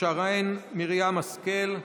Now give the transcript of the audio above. שרן מרים השכל,